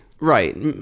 Right